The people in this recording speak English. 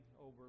over